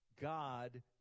God